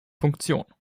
funktion